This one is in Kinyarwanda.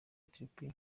ethiopia